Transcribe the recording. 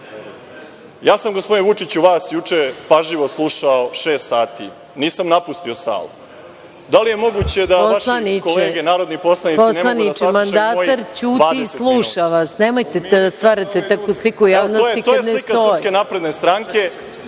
Ja sam gospodine Vučiću vas juče pažljivo slušao šest sati, nisam napustio salu. Da li je moguće da vaše kolege narodni poslanici ne mogu da saslušaju mojih 20 minuta.